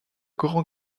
grands